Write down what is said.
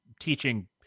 teaching